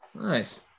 nice